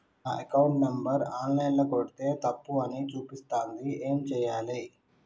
నా account number online ల కొడ్తే తప్పు అని చూపిస్తాంది ఏం చేయాలి?